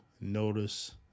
notice